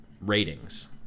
ratings